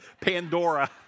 Pandora